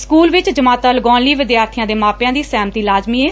school ਵਿਚ ਜਮਾਤਾਂ ਲਗਾਉਣ ਲਈ ਵਿਦਿਆਰਬੀਆਂ ਦੇ ਮਾਪਿਆਂ ਦੀ ਸਹਿਮਤੀ ਲਾਜ਼ਮੀ ਏ